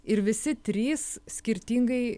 ir visi trys skirtingai